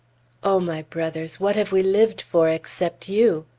o my brothers! what have we lived for except you?